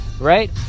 right